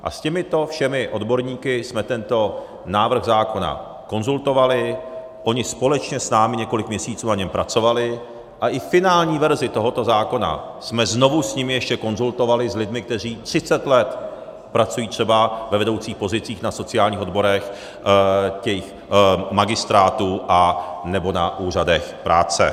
S těmito všemi odborníky jsme tento návrh zákona konzultovali, oni společně s námi na něm několik měsíců pracovali a i finální verzi tohoto zákona jsme znovu s nimi ještě konzultovali, s lidmi, kteří 30 pracují třeba ve vedoucích pozicích na sociálních odborech, magistrátu nebo na úřadech práce.